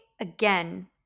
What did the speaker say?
again